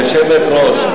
היושבת-ראש,